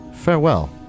Farewell